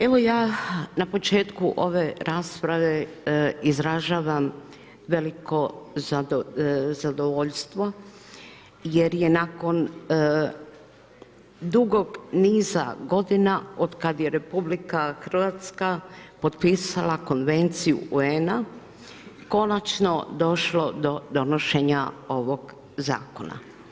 Evo ja na početku ove rasprave izražavam veliko zadovoljstvo jer je nakon dugog niza godina otkad je RH potpisala Konvenciju UN-a, konačno došlo do donošenja ovog zakona.